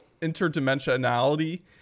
interdimensionality